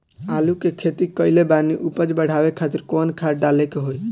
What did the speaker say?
आलू के खेती कइले बानी उपज बढ़ावे खातिर कवन खाद डाले के होई?